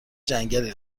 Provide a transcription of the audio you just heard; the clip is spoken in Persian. جنگلی